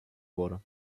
wurde